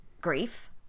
grief